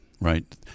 Right